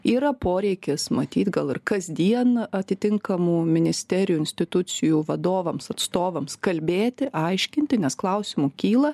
yra poreikis matyt gal ir kasdien atitinkamų ministerijų institucijų vadovams atstovams kalbėti aiškinti nes klausimų kyla